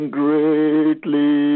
greatly